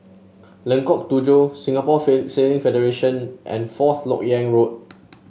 Lengkok Tujoh Singapore Sailing Federation and Fourth LoK Yang Road